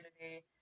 today